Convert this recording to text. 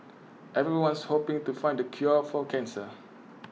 everyone's hoping to find the cure for cancer